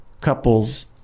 couples